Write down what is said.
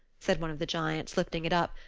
said one of the giants, lifting it up.